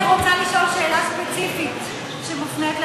אני רוצה לשאול שאלה ספציפית שמופנית לאדוני: